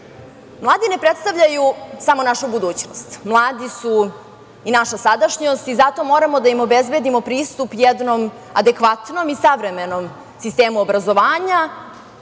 ne predstavljaju samo našu budućnost. Mladi su i naša sadašnjost i zato moramo da im obezbedimo pristup jednom adekvatnom i savremenom sistemu obrazovanja,